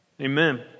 Amen